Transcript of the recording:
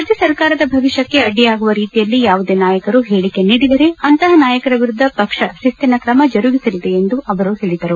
ರಾಜ್ಯ ಸರ್ಕಾರದ ಭವಿಷ್ಯಕ್ಕೆ ಅಡ್ಡಿಯಾಗುವ ರೀತಿಯಲ್ಲಿ ಯಾವುದೇ ನಾಯಕರು ಹೇಳಿಕೆ ನೀಡಿದರೆ ಅಂತಹ ನಾಯಕ ವಿರುದ್ದ ಪಕ್ಷ ಶಿಸ್ತಿನ ಕ್ರಮ ಜರುಗಿಸಲಿದೆ ಎಂದು ಅವರು ಹೇಳಿದರು